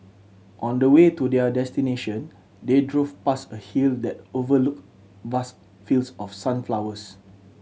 on the way to their destination they drove past a hill that overlooked vast fields of sunflowers